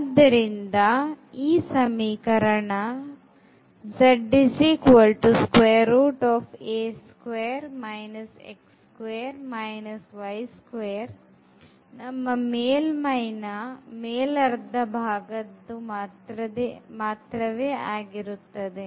ಆದ್ದರಿಂದ ಈ ಸಮೀಕರಣ ನಮ್ಮ ಮೇಲ್ಮೈನ ಮೇಲರ್ಧ ಭಾಗದ್ದಾಗಿರುತ್ತದೆ